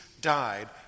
died